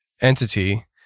entity